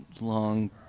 long